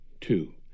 Two